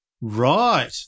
Right